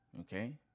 Okay